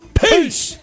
Peace